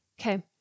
Okay